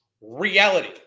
Reality